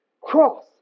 cross